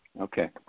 Okay